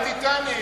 איזה "טיטניק"?